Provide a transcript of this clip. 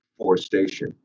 forestation